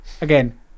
Again